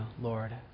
Lord